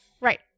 Right